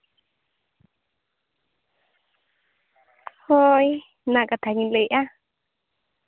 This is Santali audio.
ᱦᱳᱭ ᱚᱱᱟ ᱠᱟᱛᱷᱟ ᱜᱤᱧ ᱞᱟᱹᱭᱮᱜᱼᱟ